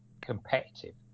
competitive